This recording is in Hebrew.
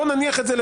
בוא נניח את זה.